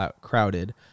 crowded